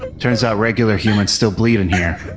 turns out, regular humans still bleed in here.